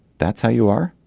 that's how you are.